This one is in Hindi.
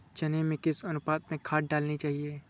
चने में किस अनुपात में खाद डालनी चाहिए?